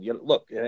Look